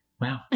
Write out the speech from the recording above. Wow